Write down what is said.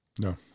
No